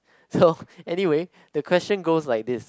so anyway the question goes like this